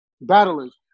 battlers